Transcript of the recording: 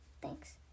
thanks